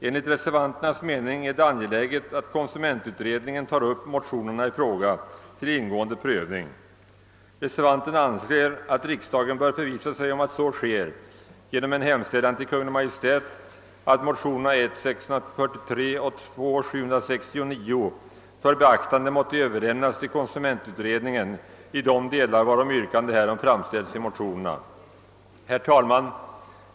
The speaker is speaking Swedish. Enligt reservanternas mening är det angeläget att konsumentutredningen tar upp motionerna i fråga till ingående prövning. Reservanterna anser att riksdagen bör förvissa sig om att så sker genom en hemställan till Kungl. Maj:t att motionerna I: 643 och II: 769 för beaktande måtte överlämnas till konsumentutredningen i de delar, varom yrkande härom framställts i motionerna. Herr talman!